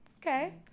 Okay